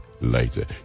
later